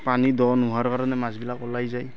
পানী দ নোহোৱাৰ কাৰণে মাছবিলাক ওলাই যায়